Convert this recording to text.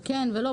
שכן ולא,